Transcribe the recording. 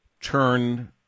turn